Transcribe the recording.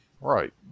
Right